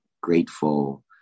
grateful